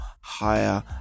higher